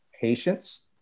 patience